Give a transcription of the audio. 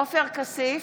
עופר כסיף,